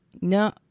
no